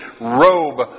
robe